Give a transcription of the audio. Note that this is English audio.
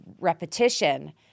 repetition